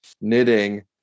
knitting